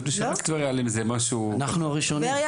טבריה הם הסנונית,